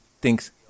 thinks